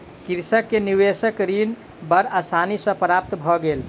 कृषक के निवेशक ऋण बड़ आसानी सॅ प्राप्त भ गेल